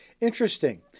Interesting